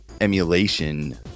Emulation